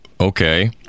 okay